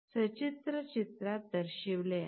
सचित्र ते चित्रात दर्शविले आहे